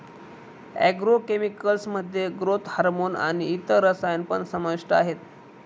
agro chemicals मध्ये growth hormone आणि इतर रसायन पण समाविष्ट आहेत